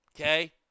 Okay